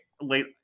late